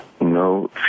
no